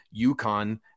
UConn